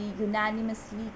unanimously